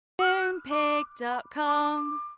Moonpig.com